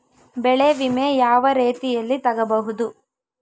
ಬೆಳೆ ವಿಮೆ ಯಾವ ರೇತಿಯಲ್ಲಿ ತಗಬಹುದು?